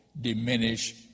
diminish